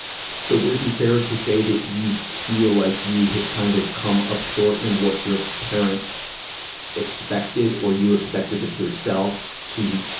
so, would it be fair to say that you feel like you have kind of come up short in what your parents expected, or you expected of yourself to,